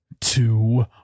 two